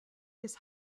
his